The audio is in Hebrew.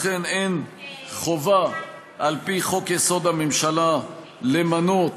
אכן אין חובה על פי חוק-יסוד: הממשלה למנות